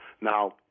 Now